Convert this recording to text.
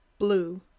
Blue